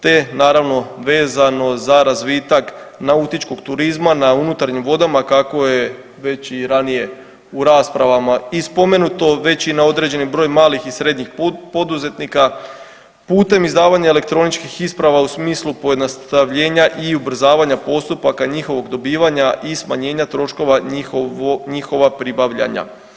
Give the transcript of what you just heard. Te, naravno vezano za razvitak nautičkog turizma na unutarnjim vodama kako je već i ranije u raspravama i spomenuto, već i na određeni broj malih i srednjih poduzetnika putem izdavanja elektroničkih isprava u smislu pojednostavljenja i ubrzavanja postupaka njihovog dobivanja i smanjenja troškova njihova pribavljanja.